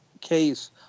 case